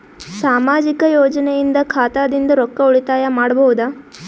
ಸಾಮಾಜಿಕ ಯೋಜನೆಯಿಂದ ಖಾತಾದಿಂದ ರೊಕ್ಕ ಉಳಿತಾಯ ಮಾಡಬಹುದ?